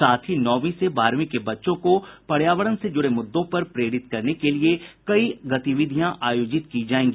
साथ ही नौवीं से बारहवीं के बच्चों को पर्यावरण से जुड़े मुद्दों पर प्रेरित करने के लिए कई गतिविधियां आयोजित की जायेंगी